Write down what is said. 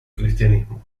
cristianismo